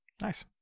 Nice